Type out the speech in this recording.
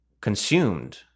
consumed